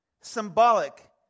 symbolic